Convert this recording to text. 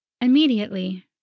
Immediately